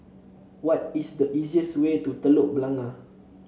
what is the easiest way to Telok Blangah